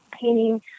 painting